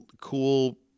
cool